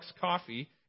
coffee